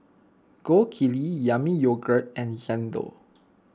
Gold Kili Yami Yogurt and Xndo